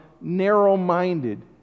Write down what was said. narrow-minded